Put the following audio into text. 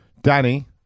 Danny